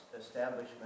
establishment